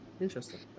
interesting